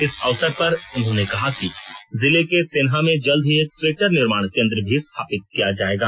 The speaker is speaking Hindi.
इस अवसर पर उन्होंने कहा कि जिले के सेन्हा में जल्द ही एक स्वेटर निर्माण केंद्र भी स्थापित किया जायेगा